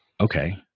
okay